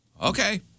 Okay